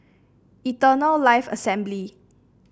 Eternal Life Assembly